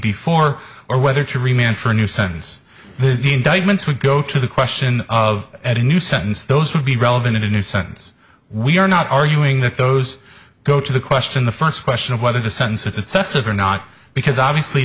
before or whether to remain for a new sentence the indictments would go to the question of at a new sentence those would be relevant in a sense we are not arguing that those go to the question the first question of whether the census assesses or not because obviously